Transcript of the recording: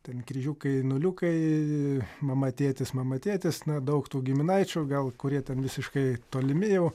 ten kryžiukai nuliukai mama tėtis mama tėtis na daug tų giminaičių gal kurie ten visiškai tolimi jau